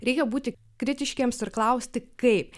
reikia būti kritiškiems ir klausti kaip